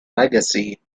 legacy